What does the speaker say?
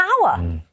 power